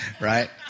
Right